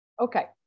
Okay